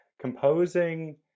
composing